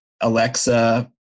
Alexa